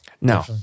Now